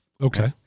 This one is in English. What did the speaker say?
Okay